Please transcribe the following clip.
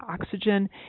oxygen